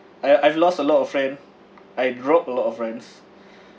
I've I've lost a lot of friend I dropped a lot of friends